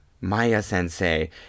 Maya-sensei